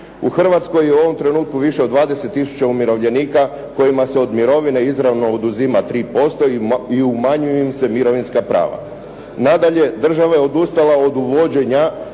U Hrvatskoj je u ovom trenutku više od 20 tisuća umirovljenika kojima se od mirovine izravno oduzima 3% i umanjuju im se mirovinska prava. Nadalje, država je odustala od uvođenja